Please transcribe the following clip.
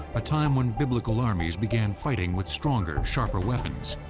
a time when biblical armies began fighting with stronger, sharper weapons,